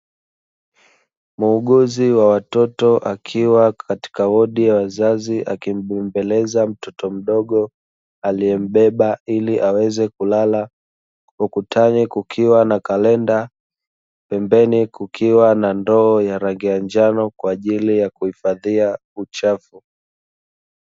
Muuguizi wa watoto akiwa katika wodi ya wazazi akimbembeleza mtoto mdogo aliye mbeba ili aweze kulala, ukutani kukiwa na kalenda pembeni kukiwa na ndoo ya rangi ya njano kwajili ya kuhifadhia uchafu.